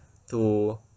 to